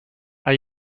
are